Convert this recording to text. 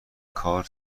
کار